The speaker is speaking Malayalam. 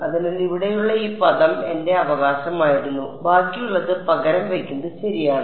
അതിനാൽ ഇവിടെയുള്ള ഈ പദം എന്റെ അവകാശമായിരുന്നു ബാക്കിയുള്ളത് പകരം വയ്ക്കുന്നത് ശരിയാണ്